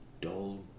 dull